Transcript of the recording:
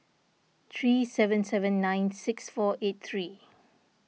three seven seven nine six four eight three